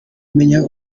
menya